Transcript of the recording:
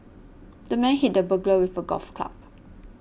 the man hit the burglar with a golf club